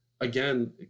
Again